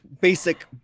basic